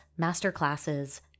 masterclasses